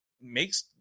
makes